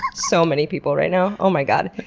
but so many people right now, oh my god!